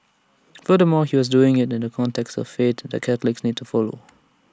furthermore he was doing so in the context of the faith that Catholics need to follow